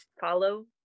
follow